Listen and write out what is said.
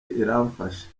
iramfasha